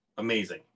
amazing